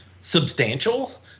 substantial